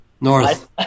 North